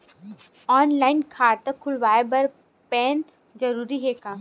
Online खाता खुलवाय बर पैन जरूरी हे का?